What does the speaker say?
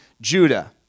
Judah